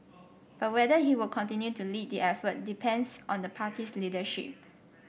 but whether he will continue to lead the effort depends on the party's leadership